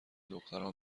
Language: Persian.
دخترها